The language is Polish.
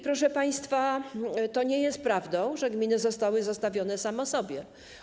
Proszę państwa, nie jest prawdą, że gminy zostały zostawione same sobie.